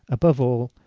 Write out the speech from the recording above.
above all,